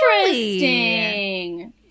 Interesting